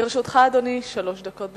לרשותך, אדוני, שלוש דקות.